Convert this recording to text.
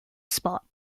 spot